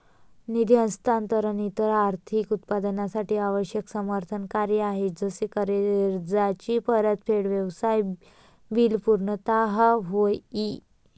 निधी हस्तांतरण इतर आर्थिक उत्पादनांसाठी आवश्यक समर्थन कार्य आहे जसे कर्जाची परतफेड, व्यवसाय बिल पुर्तता होय ई